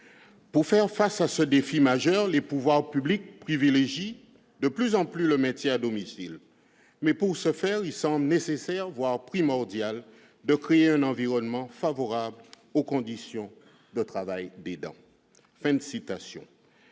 Pour faire face à ce défi majeur, les pouvoirs publics privilégient de plus en plus le maintien à domicile, mais, pour ce faire, il semble nécessaire, voire primordial, de créer un environnement favorable aux conditions de travail d'aidant. »